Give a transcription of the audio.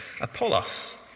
Apollos